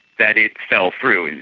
that it fell through. and